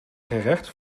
gerecht